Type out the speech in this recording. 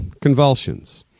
convulsions